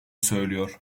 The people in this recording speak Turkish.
söylüyor